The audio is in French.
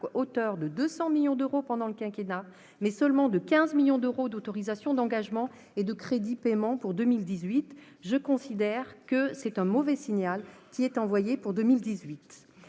hauteur de 200 millions d'euros pendant le quinquennat, mais seulement de 15 millions d'euros en autorisations d'engagement et en crédits de paiement pour 2018. Je considère que c'est un mauvais signal qui est envoyé pour